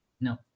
No